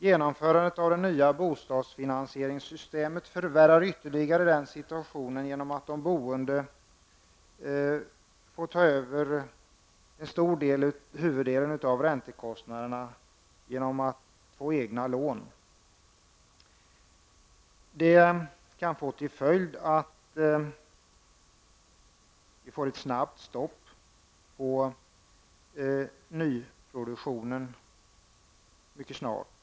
Genomförandet av det nya bostadsfinansieringssystemet förvärrar ytterligare situationen genom att de boende får ta över huvuddelen av räntekostnaderna genom egna lån. Det kan få till följd att vi får ett stopp på nyproduktionen mycket snart.